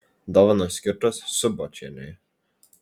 dovanos skirtos subočienei